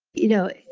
you know,